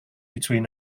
between